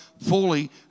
fully